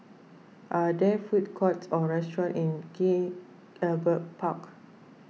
are there food courts or restaurants in King Albert Park